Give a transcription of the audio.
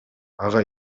ага